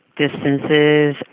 distances